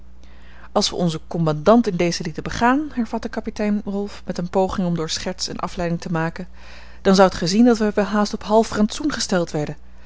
als we onzen commandant in dezen lieten begaan hervatte kapitein rolf met eene poging om door scherts eene afleiding te maken dan zoudt gij zien dat wij welhaast op half rantsoen gesteld werden